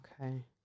okay